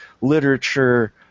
literature